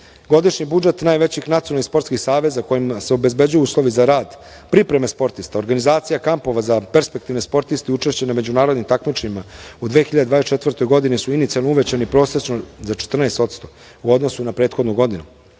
Godišnji budžet najvećih nacionalnih sportskih saveza kojima se obezbeđuju uslovi za rad, pripreme sportista, organizacija kampova za perspektivne sportiste i učešće na međunarodnim takmičenjima u 2024. godini su inicijalno uvećani prosečno za 14% u odnosu na prethodnu godinu.